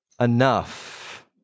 Enough